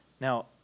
Now